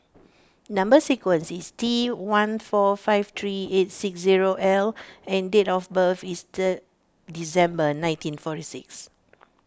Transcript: Number Sequence is T one four five three eight six zero L and date of birth is third December nineteen forty six